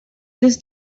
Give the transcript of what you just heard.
this